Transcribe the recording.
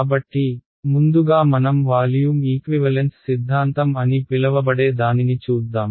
కాబట్టి ముందుగా మనం వాల్యూమ్ ఈక్వివలెన్స్ సిద్ధాంతం అని పిలవబడే దానిని చూద్దాం